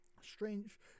strange